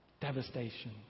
devastation